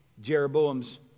jeroboam's